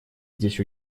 здесь